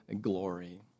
glory